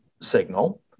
signal